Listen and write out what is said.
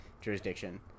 jurisdiction